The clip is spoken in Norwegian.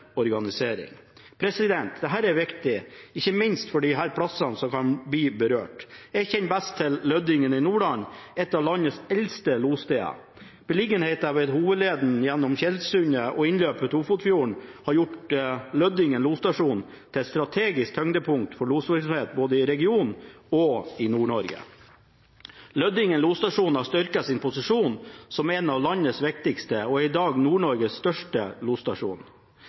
organisering. Dette er viktig, ikke minst for plassene som kan bli berørt. Jeg kjenner best til Lødingen i Nordland, et av landets eldste lossteder. Beliggenheten ved hovedleden gjennom Tjeldsundet og innløpet til Ofotfjorden har gjort Lødingen losstasjon til et strategisk tyngdepunkt for losvirksomheten både i regionen og i Nord-Norge. Lødingen losstasjon har styrket sin posisjon som en av landets viktigste og er i dag Nord-Norges største